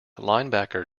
linebacker